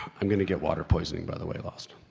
i'm gonna get water-poisoning, by the way, lost.